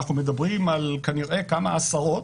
אנחנו מדברים כנראה על כמה עשרות,